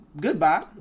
goodbye